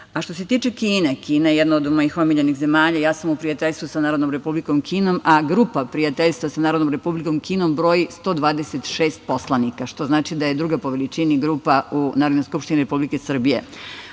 a što se tiče Kine, Kina je jedna od mojih omiljenih zemalja i ja sam u prijateljstvu sa Narodnom Republikom Kinom, a grupa prijateljstva sa Narodnom Republikom Kinom broji 126 poslanika, što znači da je druga po veličini grupa u Narodnoj skupštini Republike Srbije.O